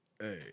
Hey